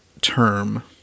term